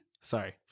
Sorry